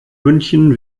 münchen